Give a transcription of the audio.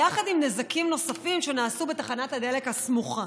יחד עם נזקים נוספים שנעשו בתחנת הדלק הסמוכה.